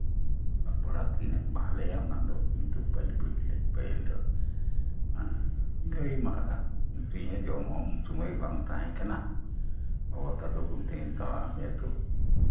ᱚᱞᱚᱜ ᱯᱟᱲᱦᱟᱜ ᱛᱤᱱᱟᱹᱜ ᱵᱷᱟᱞᱮᱭᱟ ᱚᱱᱟ ᱫᱚ ᱤᱧ ᱫᱚ ᱵᱟᱹᱧ ᱵᱩᱡᱽ ᱞᱤᱫᱟᱹᱧ ᱯᱟᱹᱦᱤᱞ ᱫᱚ ᱦᱮᱸ ᱜᱟᱹᱭ ᱢᱟᱦᱨᱟ ᱢᱤᱛᱟᱹᱧᱟᱭ ᱡᱚᱢ ᱦᱚᱸ ᱩᱱ ᱥᱚᱢᱚᱭ ᱵᱟᱝ ᱛᱟᱦᱮᱸ ᱠᱟᱱᱟ ᱵᱟᱵᱟ ᱛᱟᱠᱚ ᱠᱚ ᱢᱤᱛᱟᱹᱧᱟ ᱪᱟᱞᱟᱜ ᱢᱮᱭᱟ ᱫᱩ